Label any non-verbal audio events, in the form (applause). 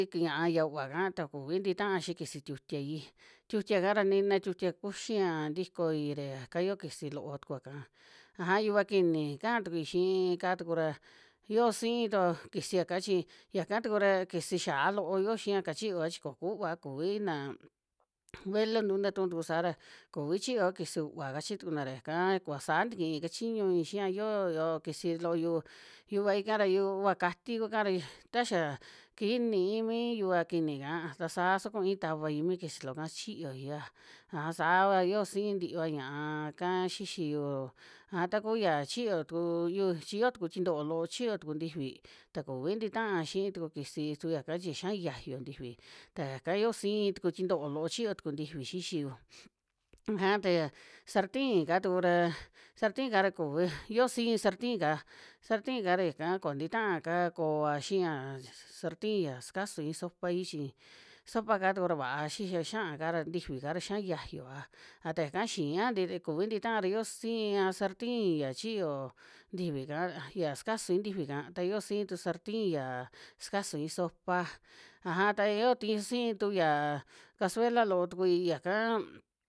Ik ñaa ya u'vaka ta kuvi ti'taa xii kisi tiutiai, tiutia'ka ra nina tiutia kuxin'a ntikoi ra yaka yoo kisi loo tukuaka, aja yuva kiini kaa tukui xiika tuku ra, yio siin tua kisia'ka chi yaka tuku ra kisi xiaa loo yo xiaka chiyoa chi ko ku u'va, kuvi na (noise) velontu nta tu'u tuku saa ra kuvi chiyoa kusi u'va kachi tukuna ra yakaa kuva saa tikii kachiñui xia, yoo yo kisi looyu yuvaika ra yuva kati kua'ka ra, taxia kiji ni'ni mi yuva kini'ka ta saa sa kui tavai mi kisi loo'ka xichiyoiya, aja saava yio siin ntiva ña'aka xixiyu, aja taku ya chiyo tuku yu chi yoo tuku tintoo loo chiyo tuku ntifi, ta kuvi ntitaa xii tuku kisi su yaka chi ya xia'a xiayu ntifi ta yaka yoo siin tuku tintoo loo chiyo tuku ntifi xixiyu. (noise) aja taya sartin'ka tuku ra, sartin'ka ra kuvi yio siin sartin'ka, sartin'ka ra yaka koo ntitaaka koa xiia s- s- sartin ya sakasui sopai chi, sopa'ka tuku ra vaa xixia xaa ka ra ntifi'ka ra xiaa yayua, a ta yaka xiaa nte kuvi ntita'a yo siia sartin ya chiyo ntifi'ka, yia sakasui ntifi'ka, ta yoo sii tu sartin ya sukasui sopa, aja ta yoo ti siin tu yaa cazuela loo tukui yakam.